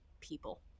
people